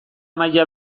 maila